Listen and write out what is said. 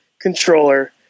controller